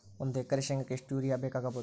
ಒಂದು ಎಕರೆ ಶೆಂಗಕ್ಕೆ ಎಷ್ಟು ಯೂರಿಯಾ ಬೇಕಾಗಬಹುದು?